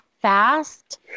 fast